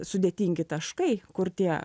sudėtingi taškai kur tie